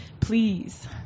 Please